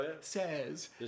says